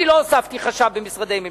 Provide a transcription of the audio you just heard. אני לא הוספתי חשב במשרדי ממשלה.